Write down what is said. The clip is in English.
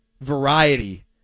variety